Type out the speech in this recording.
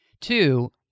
two